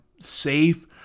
safe